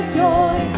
joy